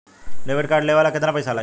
Debit card लेवे ला केतना पईसा लागी?